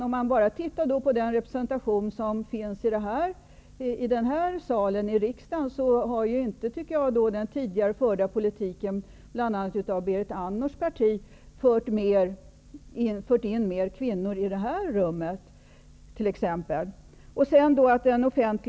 Om man bara tittar på den representation som finns i den här salen i riksdagen, tycker jag inte att den tidigare politiken, som bl.a. förts av Berit Andnors parti, har fört in fler kvinnor i det här rummet.